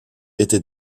était